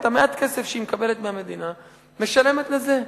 את מעט הכסף שהיא מקבלת מהמדינה משלמת לזה.